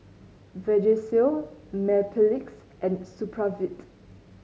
Vagisil Mepilex and Supravit